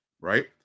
right